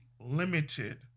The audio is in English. limited